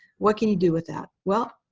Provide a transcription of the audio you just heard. what can you do with that? well,